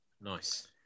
nice